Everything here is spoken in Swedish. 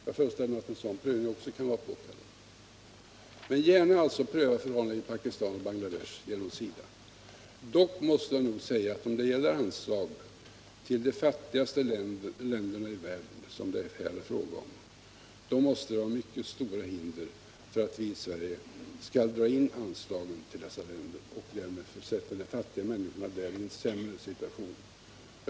Jag föreställer mig som sagt att en sådan prövning genom SIDA också kan vara påkallad beträffande förhållandena i Pakistan och Bangladesh. Dock måste jag säga att det måste föreligga mycket stora hinder för att vi i Sverige skall dra in våra anslag till de fattigaste länderna i världen, som det här är fråga om, och därmed försätta de fattiga människorna där i en än sämre situation.